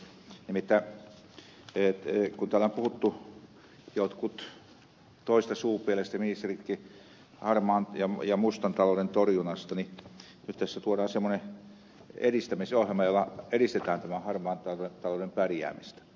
nimittäin kun täällä on puhuttu jotkut toisesta suupielestä ministeritkin harmaan ja mustan talouden torjunnasta niin nyt tässä tuodaan semmoinen edistämisohjelma jolla edistetään tämän harmaan talouden pärjäämistä